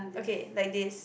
okay like this